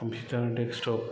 computer desktop